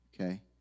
Okay